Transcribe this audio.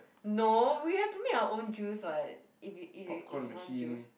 no we have to make our own juice [what] if we if we if we want juice